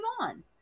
on